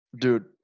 Dude